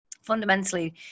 fundamentally